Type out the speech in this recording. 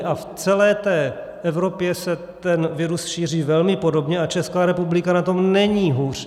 A v celé té Evropě se ten virus šíří velmi podobně a Česká republika na tom není hůř.